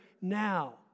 now